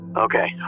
Okay